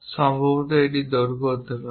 সম্ভবত এটি দৈর্ঘ্য হতে পারে